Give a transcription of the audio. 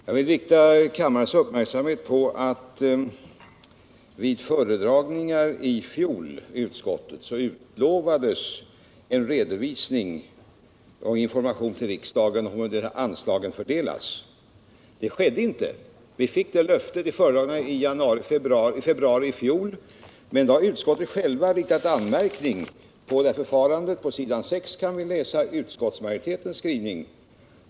Jag vill rikta kammarledamöternas uppmärksamhet på att det vid föredragningar i februari i fjol i utskottet utlovades en redovisning och en information till riksdagen om hur anslagen fördelats men att detta inte skett. Löftet gavs dock efter det att utskottet självt riktat anmärkning mot förfarandet.